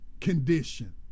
condition